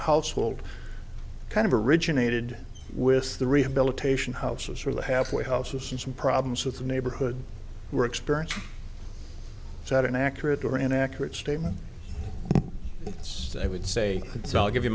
the household kind of originated with the rehabilitation houses or the halfway houses and some problems with the neighborhood were experienced is that an accurate or inaccurate statement it's i would say so i'll give you